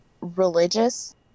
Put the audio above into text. religious